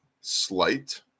slight